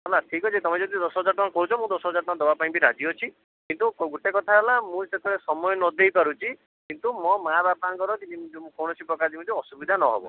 ହେଲା ଠିକ୍ ଅଛି ତୁମେ ଯଦି ଦଶ ହଜାର ଟଙ୍କା କହୁଚ ମୁଁ ଦଶ ହଜାର ଟଙ୍କା ଦେବା ପାଇଁ ବି ରାଜି ଅଛି କିନ୍ତୁ ଗୋଟେ କଥା ହେଲା ମୁଁ ଯେତେବେଳେ ସମୟ ନ ଦେଇ ପାରୁଛି କିନ୍ତୁ ମୋ ମା ବାପାଙ୍କର କୌଣସି ପ୍ରକାର ଯେମିତି ଅସୁବିଧା ନ ହବ